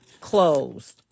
Closed